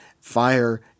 fire